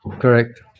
Correct